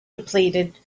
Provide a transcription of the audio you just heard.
depleted